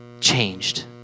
changed